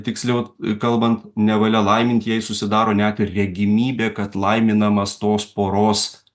tiksliau kalbant nevalia laimint jei susidaro net ir regimybė kad laiminamas tos poros